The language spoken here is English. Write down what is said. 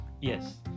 Yes